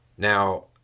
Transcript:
Now